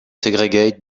segregate